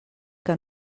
que